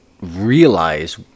realize